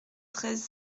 treize